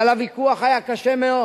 אבל הוויכוח היה קשה מאוד.